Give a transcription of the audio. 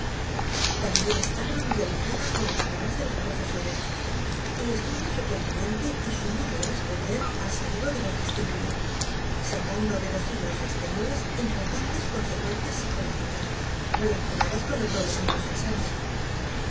también está familiarizada con las caras de los profesores y estudia su continente y su modo de responder al saludo de los discípulos sacando de los signos exteriores importantes consecuencias psicológicas relacionadas con el problema de los exámenes